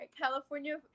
California